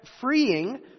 freeing